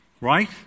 Right